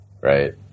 Right